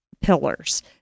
pillars